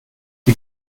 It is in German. die